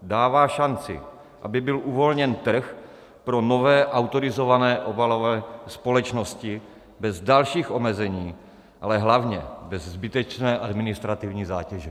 Dává šanci, aby byl uvolněn trh pro nové autorizované obalové společnosti bez dalších omezení, ale hlavně bez zbytečné administrativní zátěže.